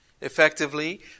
Effectively